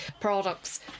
products